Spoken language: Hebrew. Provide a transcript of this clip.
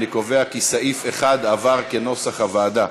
אני קובע כי סעיף 1 עבר כנוסח הוועדה.